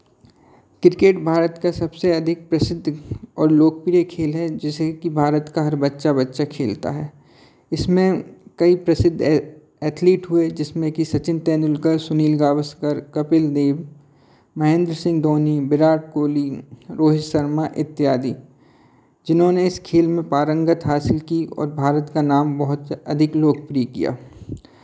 cricket Bharat का सबसे अधिक प्रसिद्ध और लोकप्रिय खेल है जिसे की भारत का हर बच्चा बच्चा खेलता है इसमें कई प्रसिद्ध एथलीट हुए जिसमें की सचिन तेंदुलकर सुनील गावस्कर कपिल देव महेंद्र सिंह धोनी विराट कोहली रोहित शर्मा इत्यादि जिन्होंने इस खेल में पारंगत हासिल की और भारत का नाम बहुत अधिक लोकप्रिय किया